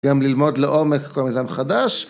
‫גם ללמוד לעומק כל מיזם חדש.